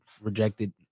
rejected